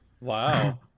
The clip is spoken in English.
Wow